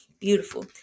beautiful